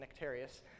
Nectarius